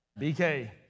BK